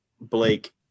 Blake